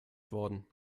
worden